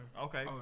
Okay